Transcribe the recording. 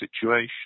situation